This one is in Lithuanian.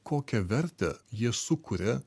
kokią vertę jie sukuria